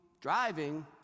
driving